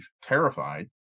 terrified